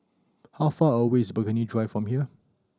how far away is Burghley Drive from here